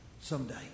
someday